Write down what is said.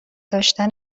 داشتن